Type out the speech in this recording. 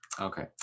Okay